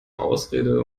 ausrede